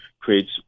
creates